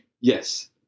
Yes